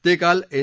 ते काल एन